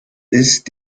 ist